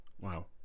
Wow